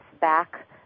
back